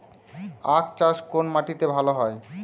আখ চাষ কোন মাটিতে ভালো হয়?